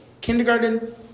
Kindergarten